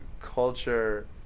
culture